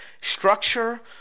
structure